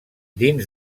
dins